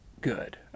good